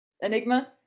Enigma